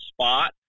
spot